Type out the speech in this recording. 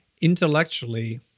Intellectually